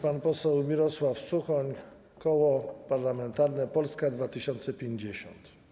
Pan poseł Mirosław Suchoń, Koło Parlamentarne Polska 2050.